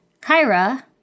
Kyra –